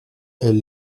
elle